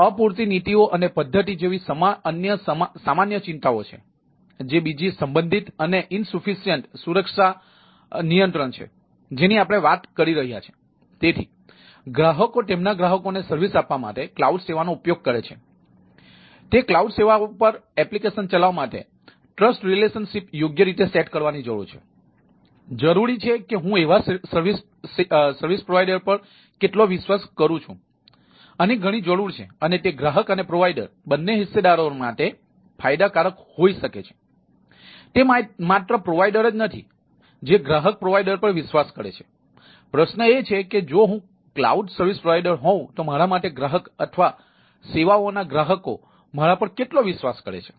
અપૂરતી નીતિઓ અને પદ્ધતિઓ જેવી અન્ય સામાન્ય ચિંતાઓ છે જે બીજી સંબંધિત અને અપૂરતી હોઉં તો મારા માટે ગ્રાહક અથવા સેવાઓ ના ગ્રાહકો મારા પર કેટલો વિશ્વાસ કરે છે